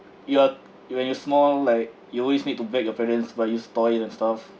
you're you when you're small like you always need to beg your parents to buy you toys and stuff